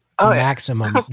Maximum